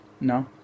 No